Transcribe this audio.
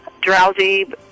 drowsy